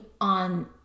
on